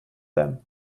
them